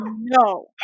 no